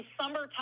summertime